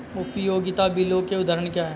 उपयोगिता बिलों के उदाहरण क्या हैं?